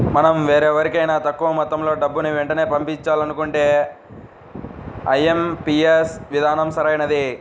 మనం వేరెవరికైనా తక్కువ మొత్తంలో డబ్బుని వెంటనే పంపించాలంటే ఐ.ఎం.పీ.యస్ విధానం సరైనది